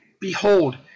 behold